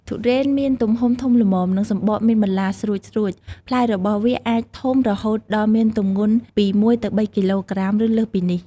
ទុរេនមានទំហំធំល្មម និងសំបកមានបន្លាស្រួចៗ ផ្លែរបស់វាអាចធំរហូតដល់មានទម្ងន់ពី ១ ទៅ ៣ គីឡូក្រាម ឬលើសពីនេះ ។